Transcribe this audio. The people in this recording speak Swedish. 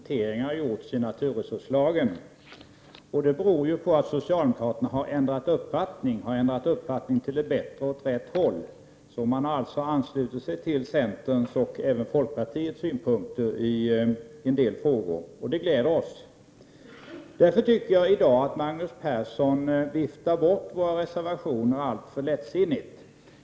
Fru talman! Jag berörde i mitt inledningsanförande att det har gjorts kompletteringar i naturresurslagen. Det beror på att socialdemokraterna har ändrat uppfattning till det bättre. Man har således anslutit sig till centerns och även till folkpartiets synpunkter i en del frågor. Det gläder oss. Jag tycker därför att Magnus Persson i dag viftar bort våra reservationer alltför lättsinnigt.